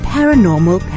Paranormal